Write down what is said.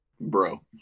Bro